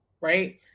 right